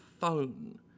phone